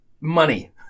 money